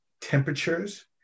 temperatures